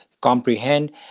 comprehend